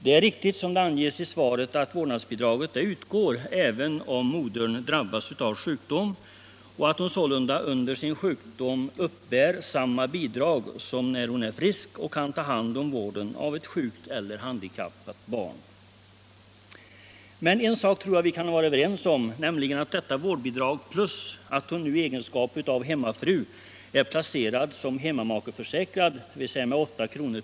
Det är riktigt, som anges i svaret, att vårdnadsbidraget utgår även om modern drabbas av sjukdom och att hon sålunda under sin sjukdom uppbär samma bidrag som när hon är frisk och kan ta hand om vården av ett sjukt eller handikappat barn. Men en sak tror jag vi kan vara överens om, nämligen att detta vårdbidrag, plus att hon i egenskap av hemmafru är placerad som hemmamakeförsäkrad med 8 kr.